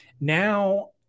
now